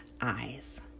eyes